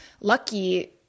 lucky